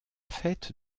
fête